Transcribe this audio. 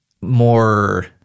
more